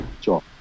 job